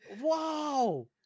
Wow